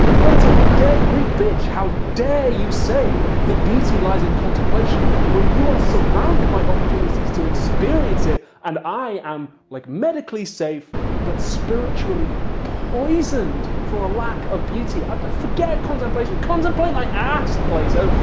ah plato you dead greek bitch, how dare you say that beauty lies in contemplation when you are surrounded by opportunities to experience it and i am like medically safe but spiritually poisoned for a lack of beauty. and forget contemplation! contemplate my ass plato!